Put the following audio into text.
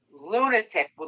lunatic